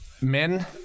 Men